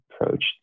approach